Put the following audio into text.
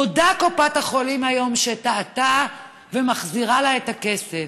מודה קופת החולים היום שטעתה ומחזירה לה את הכסף.